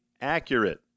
accurate